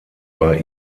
bei